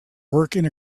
working